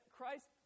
Christ